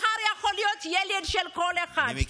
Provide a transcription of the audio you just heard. מחר זה יכול להיות ילד של כל אחד,